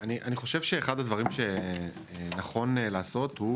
אני חושב שאחד הדברים שנכון לעשות הוא